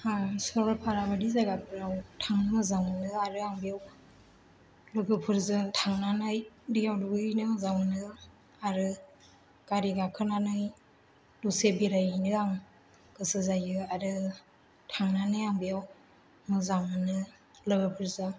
आं सरलफारा बायदि जायगाफोराव थांनो मोजां मोनो आरो आं बेयाव लोगोफोरजों थांनानै दैयाव दुगैहैनो मोजां मोनो आरो गारि गाखोनानै दसे बेरायहैनो आं गोसो जायो आरो थांनानै आं बेयाव मोजां मोनो लोगोफोरजों